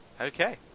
Okay